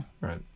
Right